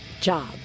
job